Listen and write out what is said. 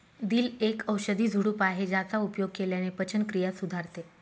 दिल एक औषधी झुडूप आहे ज्याचा उपयोग केल्याने पचनक्रिया सुधारते